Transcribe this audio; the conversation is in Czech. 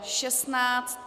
16.